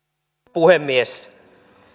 puhemies